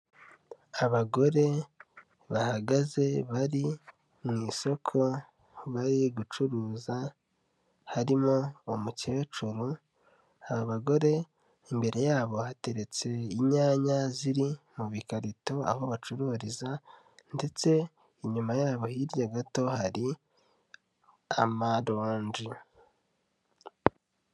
Abagore bahagaze bari mu isoko bari gucuruza, harimo umukecuru, aba bagore imbere yabo hateretse inyanya ziri mu bikarito aho bacururiza, ndetse inyuma yabo hirya gato hari amaronji.